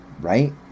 right